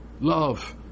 love